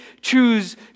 choose